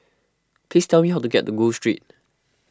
please tell me how to get to Gul Street